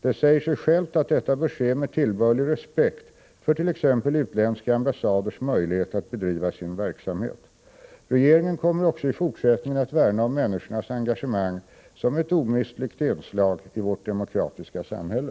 Det säger sig självt att detta bör ske med tillbörlig respekt för t.ex. utländska ambassaders möjlighet att bedriva sin verksamhet. Regeringen kommer också i fortsättningen att värna om människornas engagemang som ett omistligt inslag i vårt demokratiska samhälle.